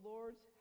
Lord's